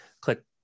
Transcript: click